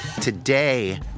Today